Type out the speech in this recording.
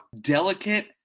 delicate